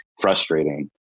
frustrating